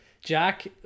Jack